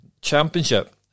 championship